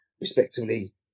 respectively